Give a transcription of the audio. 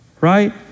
right